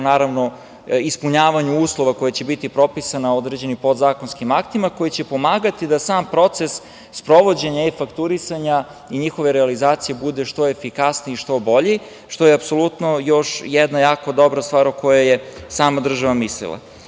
države po ispunjavanju uslova koji će biti propisani određenim podzakonskim aktima koji će pomagati da sam proces sprovođenja e-fakturisanja i njihove realizacije bude što efikasniji i što bolji, što je apsolutno još jedna jako dobra stvar o kojoj je sama država mislila. Inače,